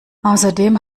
außerdem